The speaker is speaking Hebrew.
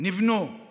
נבנו;